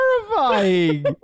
terrifying